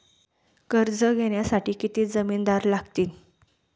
कर्ज घेण्यासाठी किती जामिनदार लागतील?